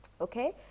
okay